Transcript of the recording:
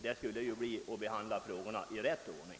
Det skulle vara att behandla frågorna i rätt ordning.